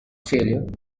failure